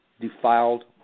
defiled